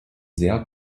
sehr